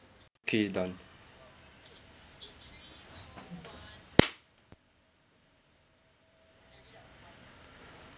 K done